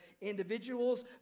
individuals